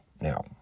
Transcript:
now